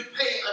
pay